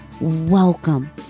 Welcome